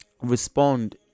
respond